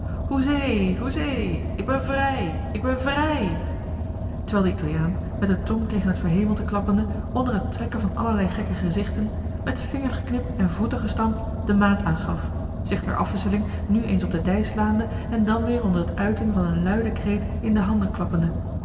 hoezee hoezee ik ben vrij ik ben vrij terwijl de italiaan met de tong tegen het verhemelte klappende onder het trekken van allerlei gekke gezichten met vingergeknip en voetengestamp de maat aangaf zich ter afwisseling nu eens op de dij slaande en dan weer onder het uiten van een luiden kreet in de handen klappende